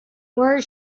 where